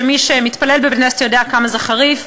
ומי שמתפלל בבית-כנסת יודע כמה זה חריף,